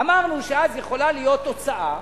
אמרנו שאז יכולה להיות תוצאה,